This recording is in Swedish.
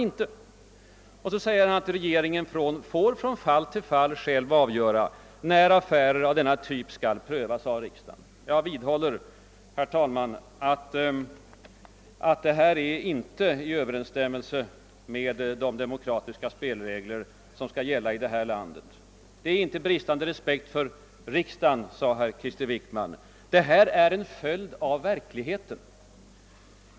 Vidare sade herr Wickman att regeringen får själv avgöra från; fall till fall när affärer av denna typ skall prövas av riksdagen. Jag vidhåller att detta inte står i överensstämmelse med de demokratiska spelregler som skall gälla i detta land! Här föreligger ingen bristande re spekt för riksdagen, sade herr Wickman, utan här rör det sig om en följd av verkligheten.